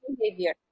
behavior